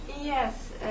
Yes